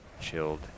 chilled